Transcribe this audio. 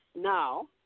now